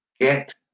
get